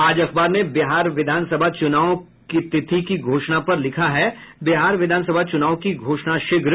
आज अखबार ने बिहार विधान सभा चुनाव के तिथि की घोषणा पर लिखा है बिहार विधानसभा चुनाव की घोषणा शीघ्र